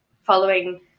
following